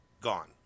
Gone